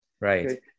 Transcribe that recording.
Right